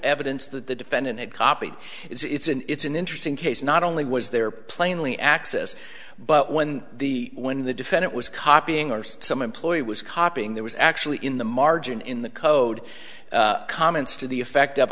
evidence that the defendant had copied it's an it's an interesting case not only was there plainly access but when the when the defendant was copying or some employee was copying there was actually in the margin in the code comments to the effect of